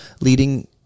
leading